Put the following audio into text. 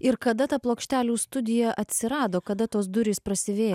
ir kada ta plokštelių studija atsirado kada tos durys prasivėrė